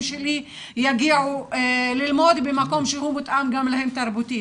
שלי יגיעו ללמוד במקום שהוא מותאם גם להם תרבותית.